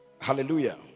Hallelujah